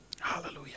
Hallelujah